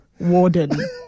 Warden